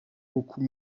beaucoup